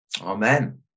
Amen